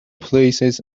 places